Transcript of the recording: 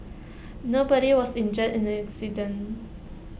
nobody was injured in the accident